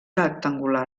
rectangular